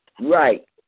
Right